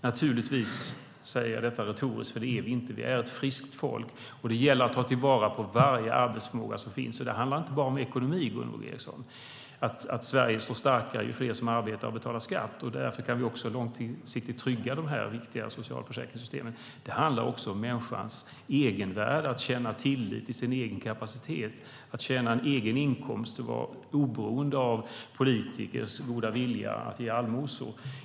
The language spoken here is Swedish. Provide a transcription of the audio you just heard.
Naturligtvis säger jag detta retoriskt eftersom vi inte är det. Vi är ett friskt folk, och det gäller att ta till vara på varje arbetsförmåga som finns. Det handlar inte bara om ekonomi, Gunvor G Ericson, alltså att Sverige står starkare ju fler som arbetar och betalar skatt och att vi därför långsiktigt kan trygga dessa viktiga socialförsäkringssystem. Det handlar också om människans egenvärde, att känna tillit till sin egen kapacitet, att ha en egen inkomst och vara oberoende av politikers goda vilja att ge allmosor.